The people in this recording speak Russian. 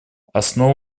основа